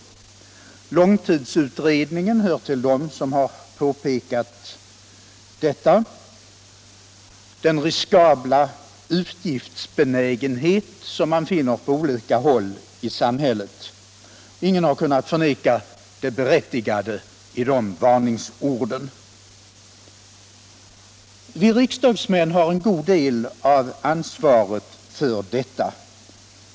Långtidsutredningen hör till dem som har påpekat detta — den riskabla utgiftsbenägenhet som man finner på olika håll i samhället. Ingen har kunnat förneka det berättigade i de varningsorden. Vi riksdagsmän har en god del av ansvaret för detta.